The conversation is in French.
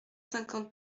cinquante